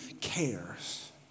cares